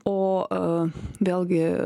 o vėlgi